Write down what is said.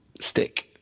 stick